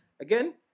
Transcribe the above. again